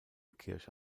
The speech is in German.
kirche